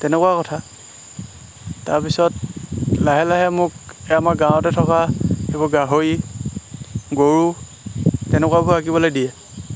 তেনেকুৱা কথা তাৰপিছত লাহে লাহে মোক এই আমাৰ গাঁৱতে থকা এইবোৰ গাহৰি গৰু তেনেকুৱাবোৰ আঁকিবলৈ দিয়ে